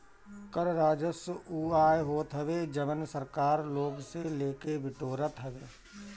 कर राजस्व उ आय होत हवे जवन सरकार लोग से लेके बिटोरत हवे